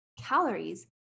calories